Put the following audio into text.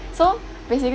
so basically